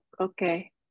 okay